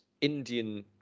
Indian